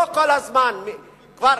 כבר